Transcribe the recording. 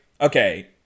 okay